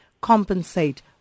compensate